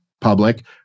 public